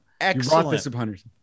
excellent